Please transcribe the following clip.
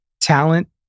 talent